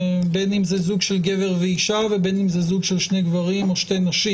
בין אם זה זוג של גבר ואישה ובין אם זה סוג של שני גברים או שתי נשים